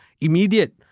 immediate